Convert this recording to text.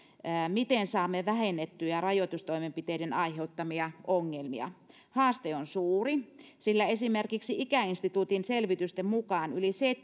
miten saamme vähennettyä rajoitustoimenpiteiden aiheuttamia ongelmia haaste on suuri sillä esimerkiksi ikäinstituutin selvitysten mukaan yli